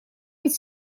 быть